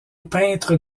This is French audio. peintre